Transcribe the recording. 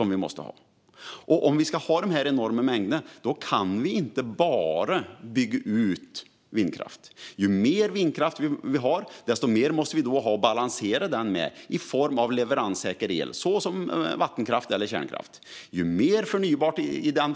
Om vi ska få fram dessa enorma mängder kan vi inte bara bygga ut vindkraft. Ju mer vindkraft vi har, desto mer behöver vi ha att balansera den med i form av leveranssäker el, såsom vattenkraft eller kärnkraft. Ju mer förnybart vi har,